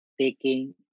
taking